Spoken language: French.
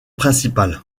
principale